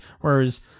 whereas